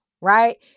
Right